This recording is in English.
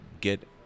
get